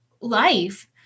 life